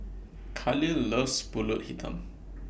Kahlil loves Pulut Hitam